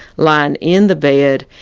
lying in the bed,